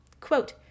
quote